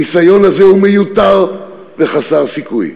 הניסיון הזה הוא מיותר וחסר סיכוי.